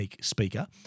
speaker